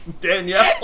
Danielle